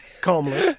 Calmly